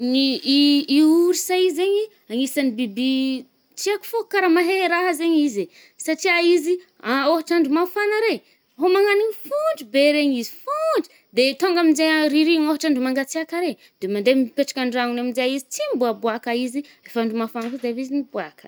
Ny i- i-orsa io zaigny ih anisan’ny biby ih, tsy aiko fô karaha mahey raha zaigny izy e, satrià izy ôhatr’andro mafagna re homagnanigny fôntry be regny izy, fôndry.De tônga amje ariva igny ôhatr’andro mangatsiàka re, de mandeha mpetrak’andragnony aminje izy. Tsy mibôaboaka izy, refa andro mafagna kôa zay vô izy mibôaka.